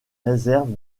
réserves